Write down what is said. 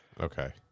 Okay